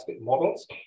models